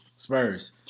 Spurs